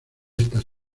estas